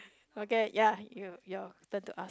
okay ya you your turn to ask